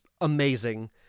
amazing